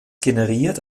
generiert